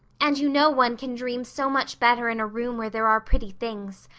and you know one can dream so much better in a room where there are pretty things.